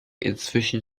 inzwischen